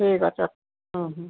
ঠিক আছে হুম হুম